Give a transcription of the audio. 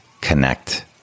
Connect